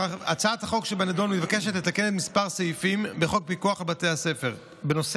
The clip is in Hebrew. הצעת החוק שבנדון מבקשת לתקן כמה סעיפים בחוק פיקוח על בתי הספר בנושא